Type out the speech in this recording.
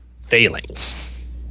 failings